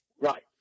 right